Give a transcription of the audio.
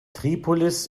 tripolis